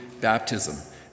baptism